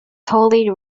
totally